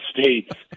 States